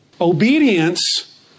Obedience